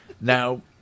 Now